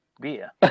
beer